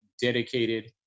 dedicated